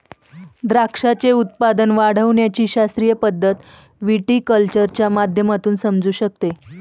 द्राक्षाचे उत्पादन वाढविण्याची शास्त्रीय पद्धत व्हिटीकल्चरच्या माध्यमातून समजू शकते